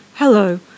Hello